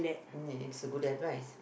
mm it's a good advice